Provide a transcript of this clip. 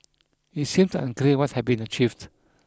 it seemed unclear what had been achieved